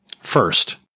First